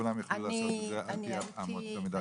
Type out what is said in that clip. כולם יוכלו לעשות את זה לפי אמות המידה שלכם.